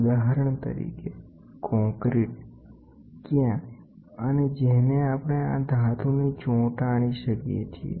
ઉદાહરણ તરીકે કોંક્રિટ કઇ ધાતુને આપણે ક્યાં ચોંટાડી શકીએ છીએ